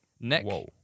Nick